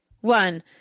one